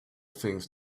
things